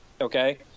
Okay